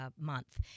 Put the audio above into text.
month